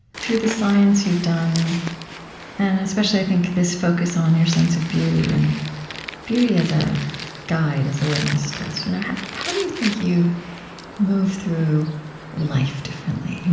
through the science you've done, and especially, i think, this focus on your sense of beauty and beauty as a guide, as a litmus test you know how do you think you move through life differently,